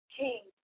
king